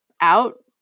out